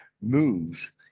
moves